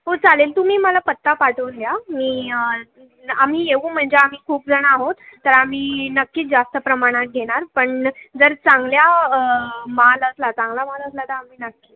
हो चालेल तुम्ही मला पत्ता पाठवून द्या मी ल ना आम्ही येऊ म्हणजे आम्ही खूप जण आहोत तर आम्ही नक्कीच जास्त प्रमाणात घेणार पण जर चांगल्या माल असला चांगला माल असला तर आम्ही नक्की